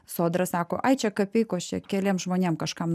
sodra sako ai čia kapeikos čia keliem žmonėm kažkam